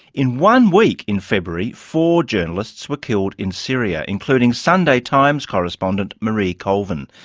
in one week in february, four journalists were killed in syria, including sunday times correspondent, marie colvin.